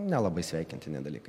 nelabai sveikintini dalykai